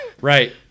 right